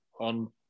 on